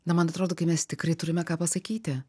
na man atrodo kai mes tikrai turime ką pasakyti